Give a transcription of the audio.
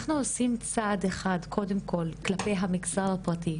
אנחנו עושים צעד אחד קודם כל כלפי המגזר הפרטי,